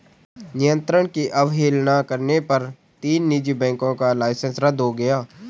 नियंत्रण की अवहेलना करने पर तीन निजी बैंकों का लाइसेंस रद्द हो गया